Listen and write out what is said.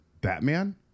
batman